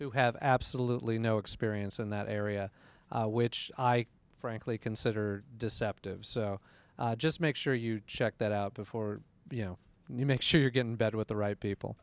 who have absolutely no experience in that area which i frankly consider deceptive so just make sure you check that out before you know make sure you're getting better with the right people